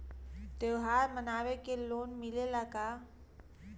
त्योहार मनावे के लोन मिलेला का?